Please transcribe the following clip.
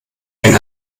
wenn